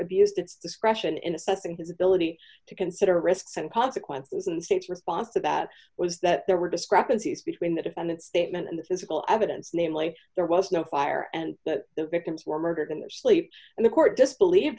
abused its discretion in assessing his ability to consider risks and consequences in the state's response to that was that there were discrepancies between d the defendant statement and the physical evidence namely there was no fire and that the victims were murdered in their sleep and the court just believe